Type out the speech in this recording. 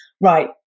right